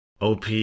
OP